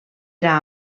era